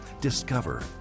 Discover